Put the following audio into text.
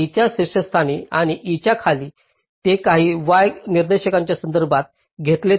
e च्या शीर्षस्थानी आणि e च्या खाली ते काही y निर्देशांकांचा संदर्भ घेतात